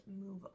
move